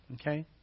Okay